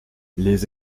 les